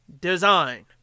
design